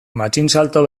matxinsalto